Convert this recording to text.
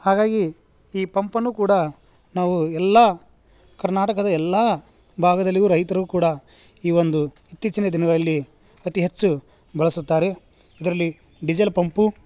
ಹಾಗಾಗಿ ಈ ಪಂಪನ್ನೂ ಕೂಡ ನಾವು ಎಲ್ಲ ಕರ್ನಾಟಕದ ಎಲ್ಲ ಭಾಗದಲ್ಲಿಯೂ ರೈತರೂ ಕೂಡ ಈ ಒಂದು ಇತ್ತೀಚಿನ ದಿನಗಳಲ್ಲಿ ಅತಿ ಹೆಚ್ಚು ಬಳಸುತ್ತಾರೆ ಅದರಲ್ಲಿ ಡಿಸೇಲ್ ಪಂಪು